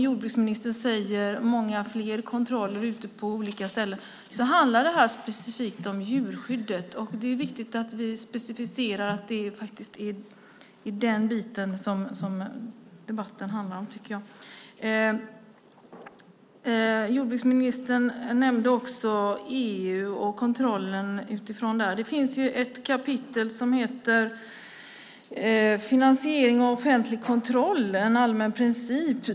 Jordbruksministern säger att det är fler kontroller på olika ställen, men det här handlar specifikt om djurskyddet. Det är viktigt att vi specificerar att det är det som debatten handlar om. Jordbruksministern nämnde också EU-kontrollen. Det finns ett kapitel som heter Finansiering och offentlig kontroll, en allmän princip.